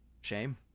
Shame